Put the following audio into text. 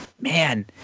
man